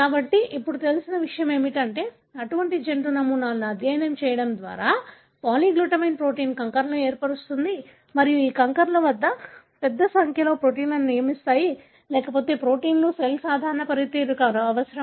కాబట్టి ఇప్పుడు తెలిసిన విషయం ఏమిటంటే అటువంటి జంతు నమూనాలను అధ్యయనం చేయడం ద్వారా పాలీగ్లుటామైన్ ప్రోటీన్ కంకరలను ఏర్పరుస్తుంది మరియు ఈ కంకరలు పెద్ద సంఖ్యలో ప్రోటీన్లను నియమిస్తాయి లేకపోతే ప్రోటీన్లు సెల్ సాధారణ పనితీరుకు అవసరం